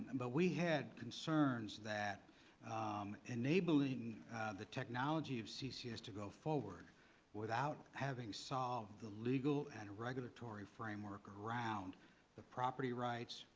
and but we had concerns that enabling the technology of ccs to go forward without having solved the legal and regulatory framework around the property rights,